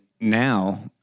now